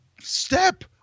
step